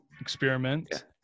experiment